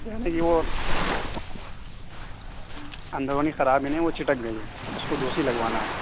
کیا ہے نا کہ وہ اندرونی خرابی نہیں وہ چٹک گئی ہے اس کو دوسری لگوانا ہے